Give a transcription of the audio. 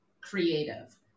creative